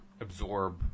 absorb